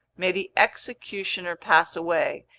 may the executioner pass away,